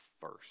first